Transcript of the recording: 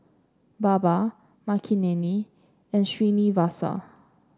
Baba Makineni and Srinivasa